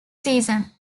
season